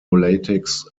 latex